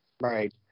Right